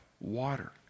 water